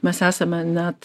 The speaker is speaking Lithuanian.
mes esame net